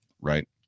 right